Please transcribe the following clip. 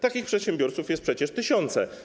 Takich przedsiębiorców są przecież tysiące.